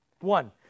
One